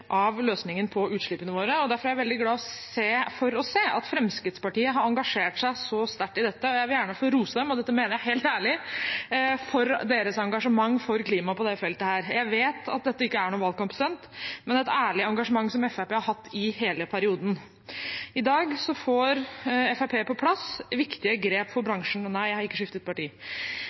av løsningen på utslippene våre. Derfor er jeg veldig glad for å se at Fremskrittspartiet har engasjert seg så sterkt i dette. Jeg vil gjerne få rose dem – og dette mener jeg helt ærlig – for deres engasjement for klimaet på dette feltet. Jeg vet at dette ikke er noe valgkampstunt, men et ærlig engasjement som Fremskrittspartiet har hatt i hele perioden. I dag får Fremskrittspartiet på plass viktige grep for bransjen. – Nei, jeg har ikke skiftet parti.